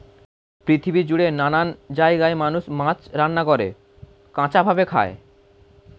পৃথিবী জুড়ে নানান জায়গায় মানুষ মাছ রান্না করে, কাঁচা ভাবে খায়